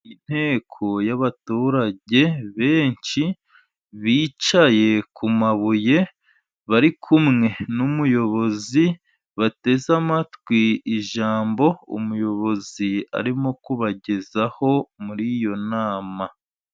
Inteko y'abaturage benshi bicaye ku mabuye bari kumwe n'umuyobozi, bateze amatwi ijambo umuyobozi arimo kubagezaho muri iyo nama.